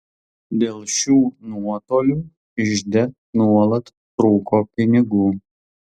dėl šių nuotolių ižde nuolat trūko pinigų